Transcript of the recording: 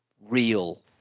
real